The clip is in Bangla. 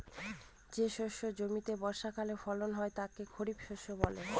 যে শস্য জমিতে বর্ষাকালে ফলন হয় তাকে খরিফ বলে